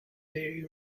very